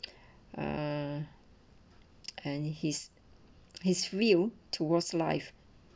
uh and his his view towards life